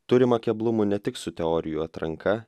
turima keblumų ne tik su teorijų atranka